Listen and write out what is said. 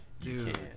dude